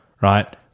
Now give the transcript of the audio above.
right